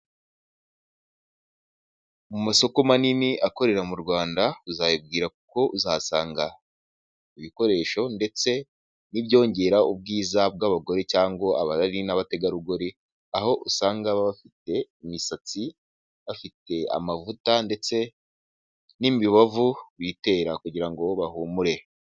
Mu masoko manini akorera mu Rwanda uzayibwira kuko uzasanga ibikoresho ndetse n'ibyongera ubwiza bw'abagore cyangwa abari n'abategarugori aho usanga bafite imisatsi, bafite amavuta ndetse n'imibavu bitera kugira ngo bahumure.